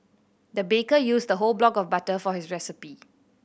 the baker used a whole block of butter for this recipe